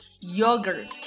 yogurt